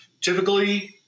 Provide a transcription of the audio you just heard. Typically